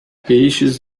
peixes